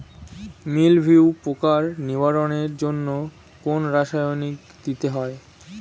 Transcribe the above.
মিলভিউ পোকার নিবারণের জন্য কোন রাসায়নিক দিতে হয়?